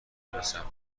رسم